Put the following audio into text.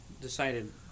decided